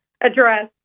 address